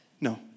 No